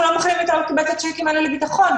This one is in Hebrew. אנחנו לא מוכנים לקבל את הצ'קים האלה לביטחון,